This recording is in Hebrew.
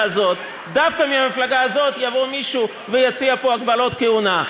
הזאת יבוא מישהו ויציע פה הגבלות כהונה.